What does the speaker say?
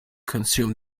consume